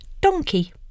Donkey